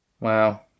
wow